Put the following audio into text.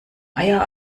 eier